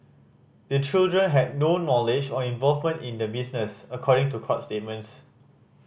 the children had no knowledge or involvement in the business according to court statements